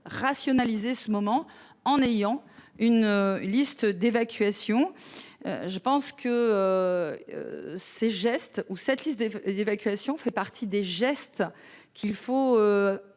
rationaliser ce moment en ayant une liste d'évacuation. Je pense que. Ces gestes ou cette liste des évacuations fait partie des gestes qu'il faut.